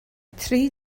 tri